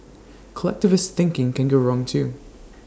collectivist thinking can go wrong too